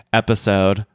episode